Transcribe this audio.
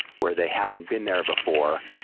where they haven't been there before,